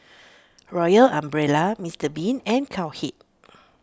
Royal Umbrella Mister Bean and Cowhead